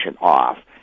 off